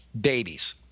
babies